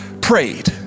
prayed